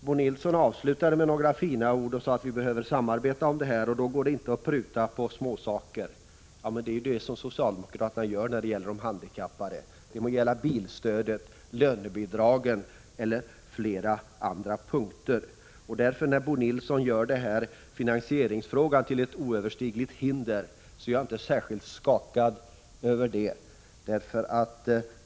Bo Nilsson avslutade med några fina ord och sade att vi behöver samarbeta om detta och att det då inte går att pruta på småsaker. Men det är ju vad socialdemokraterna gör när det gäller de handikappade, oavsett om det gäller bilstöd, lönebidrag eller andra punkter. När Bo Nilsson gör finansieringsfrågan till ett oöverstigligt hinder är jag därför inte särskilt skakad över det.